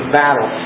battle